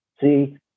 see